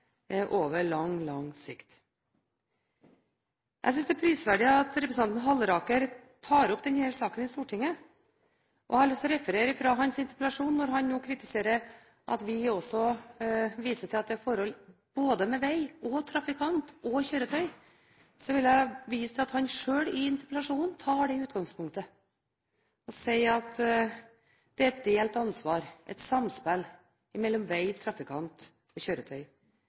Jeg synes det er prisverdig at representanten Halleraker tar opp denne saken i Stortinget. Jeg har lyst til å referere til hans egen interpellasjon når han kritiserer oss for å vise til at det er forhold ved både veg, trafikant og kjøretøy som innvirker på ulykkestallene. Han tar selv det utgangspunktet i sin interpellasjon og sier at det er et delt ansvar, et samspill, mellom veg, trafikant og kjøretøy.